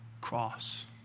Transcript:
cross